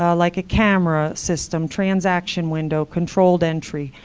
ah like a camera system, transaction window, controlled entry,